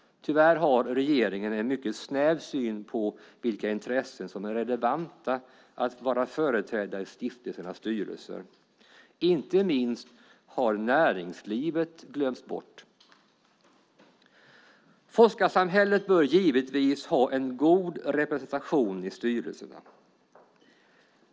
Tyvärr har regeringen en mycket snäv syn på vilka intressen som är relevanta att vara företrädda i stiftelsernas styrelser - inte minst har näringslivet glömts bort. Forskarsamhället bör givetvis ha en god representation i styrelserna.